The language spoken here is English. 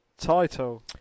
title